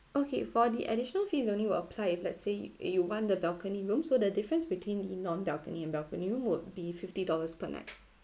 okay for the additional fee it's only will apply if let's say that you want the balcony rooms so the difference between the non-balcony and balcony room would be fifty dollars per night